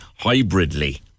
hybridly